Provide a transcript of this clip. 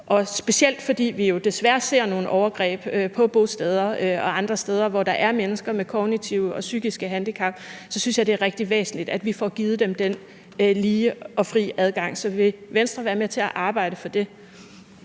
Specielt fordi vi jo desværre ser nogle overgreb på bosteder og andre steder, hvor der er mennesker med kognitive og psykiske handicap, så synes jeg, det er rigtig væsentligt, at vi får givet dem den frie og lige adgang. Så vil Venstre være med til at arbejde for det?